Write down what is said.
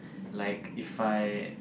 like If I